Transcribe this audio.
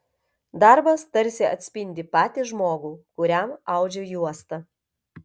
darbas tarsi atspindi patį žmogų kuriam audžiu juostą